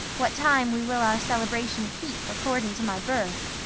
what time we will our celebration keep according to my birth.